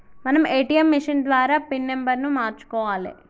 మనం ATM machine ద్వారా pin నెంబర్ను మార్చుకోవాలే